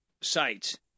sites